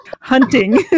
Hunting